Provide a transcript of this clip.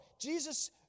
Jesus